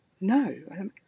no